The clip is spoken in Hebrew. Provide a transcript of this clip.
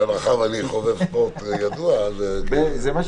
מאחר ואני חובב ספורט ידוע, כן.